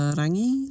rangi